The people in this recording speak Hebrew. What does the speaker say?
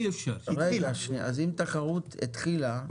אם תחרות התחילה,